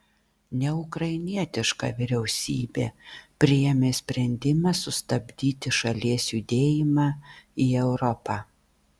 neukrainietiška vyriausybė priėmė sprendimą sustabdyti šalies judėjimą į europą